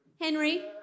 Henry